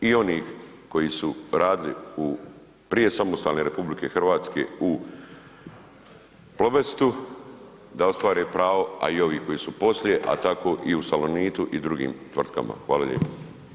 I onih koji su radili prije samostalne RH u Plobestu, da ostvare pravo a i ovi koji su poslije a tako i u Salonitu i u drugim tvrtkama, hvala lijepo.